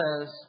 says